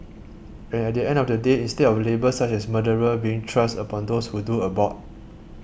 and at the end of the day instead of labels such as murderer being thrust upon those who do abort